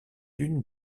une